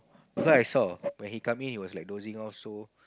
I saw when he come in he was like dozing off so